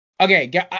Okay